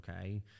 okay